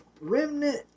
remnant